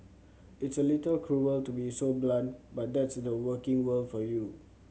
it's a little cruel to be so blunt but that's the working world for you